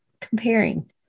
comparing